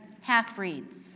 half-breeds